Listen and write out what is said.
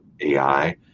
AI